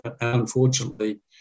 Unfortunately